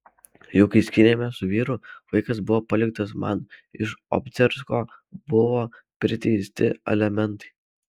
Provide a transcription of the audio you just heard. juk kai skyrėmės su vyru vaikas buvo paliktas man iš obcarsko buvo priteisti alimentai